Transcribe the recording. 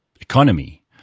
economy